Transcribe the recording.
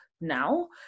now